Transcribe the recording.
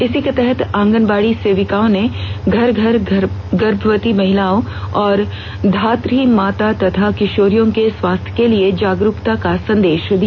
इसी के तहत आगनबाड़ी सेविकाओं ने घर घर गर्भवती महिला और धात्री माता तथा किशोरियों के स्वास्थ्य के लिए जागरुकता का संदेष दिया